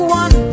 one